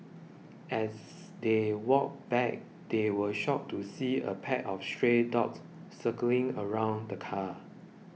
as they walked back they were shocked to see a pack of stray dogs circling around the car